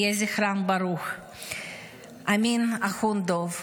אמין אחונדוב,